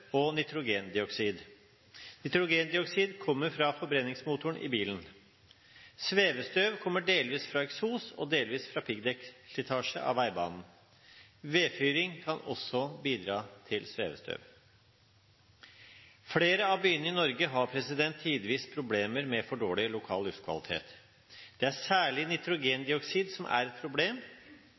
og nitrogendioksid. Nitrogendioksid kommer fra forbrenningsmotoren i bilen. Svevestøv kommer delvis fra eksos og delvis fra piggdekkslitasje av veibanen. Vedfyring kan også bidra til svevestøv. Flere av byene i Norge har tidvis problemer med for dårlig lokal luftkvalitet. Det er særlig nitrogendioksid som er et problem.